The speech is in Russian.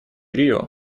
рио